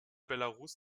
belarus